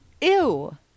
ew